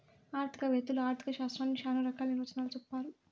ఆర్థిక వేత్తలు ఆర్ధిక శాస్త్రాన్ని శ్యానా రకాల నిర్వచనాలు చెప్పారు